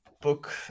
book